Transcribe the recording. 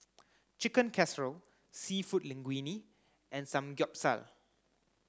Chicken Casserole Seafood Linguine and Samgyeopsal